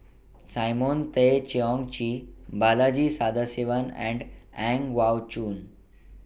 Simon Tay Seong Chee Balaji Sadasivan and Ang Choon